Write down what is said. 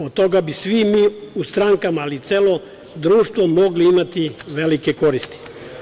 Od toga bi mi svi u strankama, ali i celo društvo, mogli imati velike koristi.